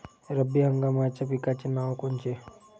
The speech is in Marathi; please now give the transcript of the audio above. रब्बी हंगामाच्या पिकाचे नावं कोनचे?